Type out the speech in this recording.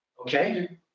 Okay